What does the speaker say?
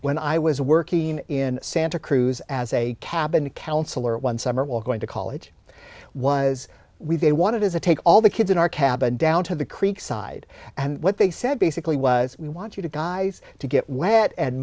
when i was working in sam cruise as a cabin counselor one summer was going to college was we they wanted as a take all the kids in our cabin down to the creek side and what they said basically was we want you to guys to get wet and